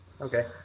okay